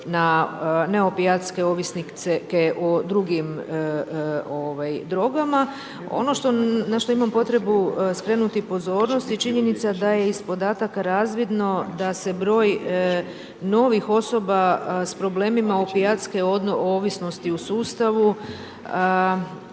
na opijatske ovisnike o drugim drogama. Ono na što imam potrebu skrenuti pozornost je činjenica je iz podataka razvidno da se broj novih osoba sa problemima opijatske ovisnosti koji su